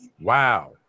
Wow